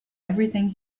everything